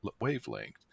wavelength